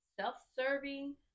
Self-serving